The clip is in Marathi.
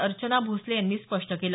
अर्चना भोसले यांनी स्पष्ट केलं